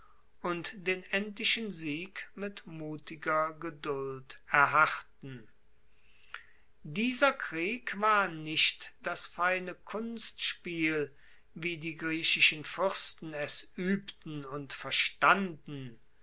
und den endlichen sieg mit mutiger geduld erharrten dieser krieg war nicht das feine kunstspiel wie die griechischen fuersten es uebten und verstanden